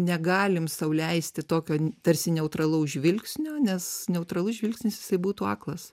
negalim sau leisti tokio tarsi neutralaus žvilgsnio nes neutralus žvilgsnis jisai būtų aklas